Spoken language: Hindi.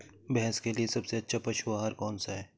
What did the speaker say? भैंस के लिए सबसे अच्छा पशु आहार कौन सा है?